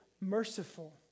merciful